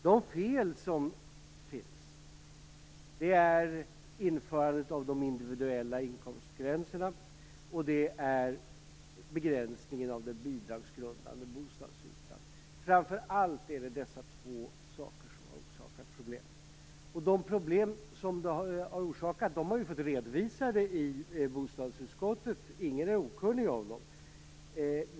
De fel som finns är införandet av de individuella inkomstgränserna och begränsningen av den bidragsgrundande bostadsytan. Framför allt är det dessa två saker som har orsakat problem. De problem som de har orsakat har vi fått redovisade i bostadsutskottet. Ingen är okunnig om dem.